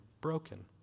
broken